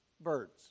birds